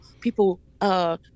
people